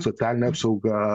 socialinė apsauga